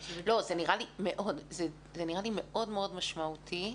זה נראה לי מאוד מאוד משמעותי.